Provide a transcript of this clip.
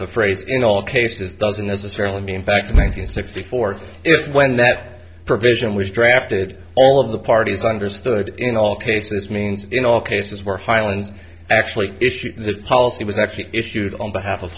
the phrase in all cases doesn't necessarily mean fact i think the sixty fourth if when that provision was drafted all of the parties understood in all cases means in all cases where highlands actually issued that policy was actually issued on behalf of